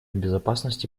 безопасности